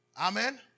Amen